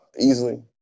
easily